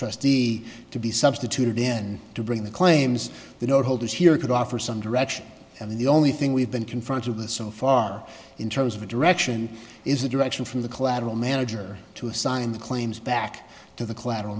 trustee to be substituted in to bring the claims the note holders here could offer some direction and the only thing we've been confronted with so far in terms of a direction is a direction from the collateral manager to assign the claims back to the collateral